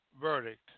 verdict